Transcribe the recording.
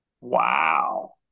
wow